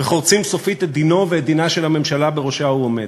וחורצים סופית את דינו ואת דינה של הממשלה שבראשה הוא עומד.